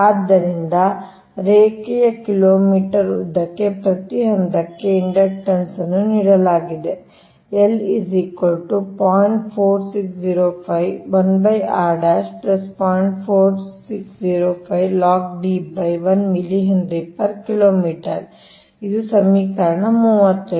ಆದ್ದರಿಂದ ರೇಖೆಯ ಕಿಲೋಮೀಟರ್ ಉದ್ದಕ್ಕೆ ಪ್ರತಿ ಹಂತಕ್ಕೆ ಇಂಡಕ್ಟನ್ಸ್ ಅನ್ನು ನೀಡಲಾಗುತ್ತದೆ ಇದು ಸಮೀಕರಣ 35